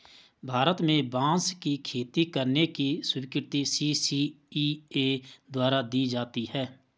भारत में बांस की खेती करने की स्वीकृति सी.सी.इ.ए द्वारा दी जाती है